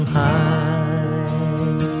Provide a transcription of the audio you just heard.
high